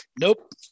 nope